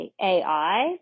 ai